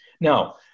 Now